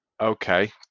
Okay